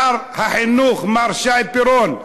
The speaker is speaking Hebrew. שר החינוך מר שי פירון,